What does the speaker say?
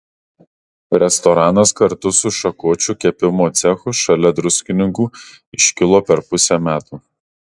restoranas kartu su šakočių kepimo cechu šalia druskininkų iškilo per pusę metų